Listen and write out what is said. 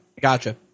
Gotcha